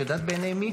את יודעת בעיני מי?